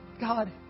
God